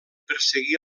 perseguir